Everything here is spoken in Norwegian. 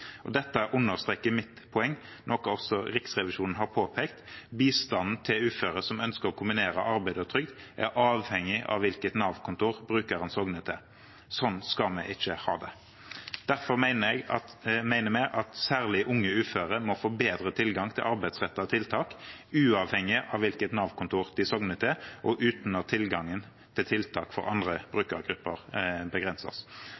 Dette understreker mitt poeng, noe også Riksrevisjonen har påpekt: Bistanden til uføre som ønsker å kombinerer arbeid og trygd, er avhengig av hvilket Nav-kontor brukeren sogner til. Sånn skal vi ikke ha det. Derfor mener vi at særlig unge uføre må få bedre tilgang til arbeidsrettede tiltak, uavhengig av hvilket Nav-kontor de sogner til, og uten at tilgangen til tiltak for andre brukergrupper begrenses.